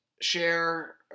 share